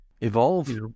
evolve